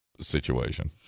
situation